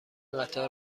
قطار